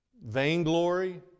Vainglory